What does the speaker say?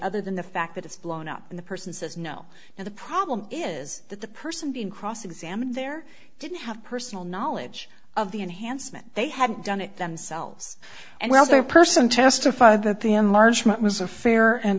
other than the fact that it's blown up in the person says no and the problem is that the person being cross examined there didn't have personal knowledge of the enhancement they had done it themselves and was there person testify that the enlargement was a fair and